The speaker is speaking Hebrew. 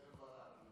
קרן ברק.